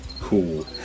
cool